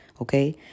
okay